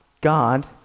God